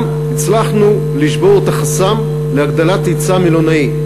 גם הצלחנו לשבור את החסם להגדלת ההיצע המלונאי.